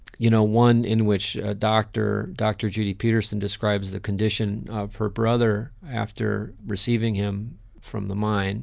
you know, one in which dr. dr. judy petersen describes the condition of her brother after receiving him from the mine